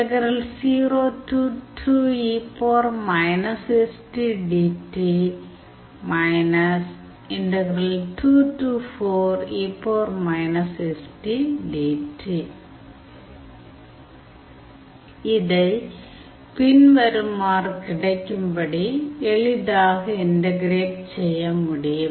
இதை பின்வருமாறு கிடைக்கும்படி எளிதாக இன்டகிரேட் செய்ய முடியும்